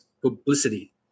publicity